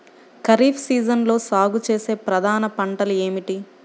ఖరీఫ్ సీజన్లో సాగుచేసే ప్రధాన పంటలు ఏమిటీ?